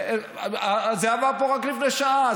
זה עבר פה רק לפני שעה,